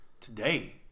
today